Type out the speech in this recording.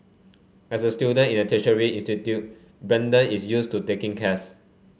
as a student in a tertiary institute Brandon is used to taking